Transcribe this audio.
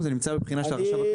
זה נמצא בבחינה אצל החשב הכללי.